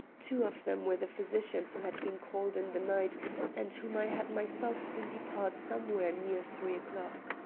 two of them were the physicians who had been called in the night and whom i had myself seen depart somewhere near three o'clock.